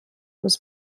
was